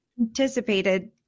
Anticipated